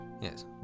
yes